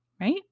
Right